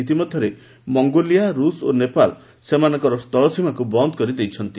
ଇତିମଧ୍ୟରେ ମଙ୍ଗୋଲିଆ ରୁଷ ଓ ନେପାଳ ସେମାନଙ୍କର ସ୍ଥଳସୀମାକୁ ବନ୍ଦ କରିଦେଇଛନ୍ତି